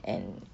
and